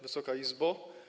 Wysoka Izbo!